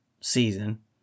season